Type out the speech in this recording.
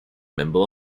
member